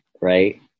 right